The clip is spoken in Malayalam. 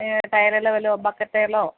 എങ്ങനാ ടയറേലോ വല്ലതും ബക്കറ്റേലോ